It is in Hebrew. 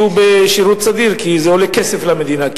בשירות סדיר כי זה עולה כסף למדינה,